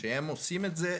כשהם עושים את זה,